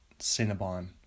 Cinnabon